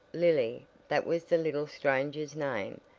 lily, that was the little stranger's name,